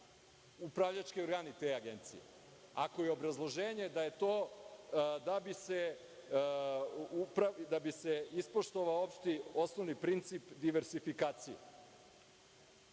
upravljački organi te agencije, ako je obrazloženje da je to da bi se ispoštovao osnovni princip diverzifikacije?